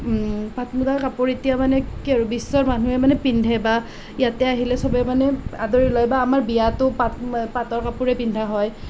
পাট মুগাৰ কাপোৰ এতিয়া মানে কি আৰু বিশ্বৰ মানুহে মানে পিন্ধে বা ইয়াতে আহিলে সবে মানে আদৰি লয় বা আমাৰ বিয়াতো পাটৰ কাপোৰে পিন্ধা হয়